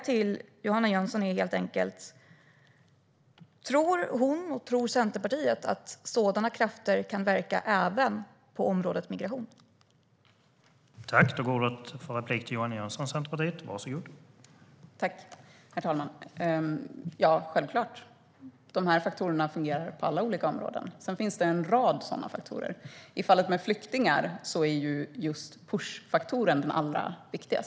Tror Johanna Jönsson och Centerpartiet att sådana krafter kan verka även på migrationsområdet?